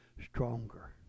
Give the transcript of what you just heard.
stronger